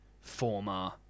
former